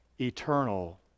eternal